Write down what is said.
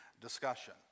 discussion